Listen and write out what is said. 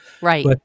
Right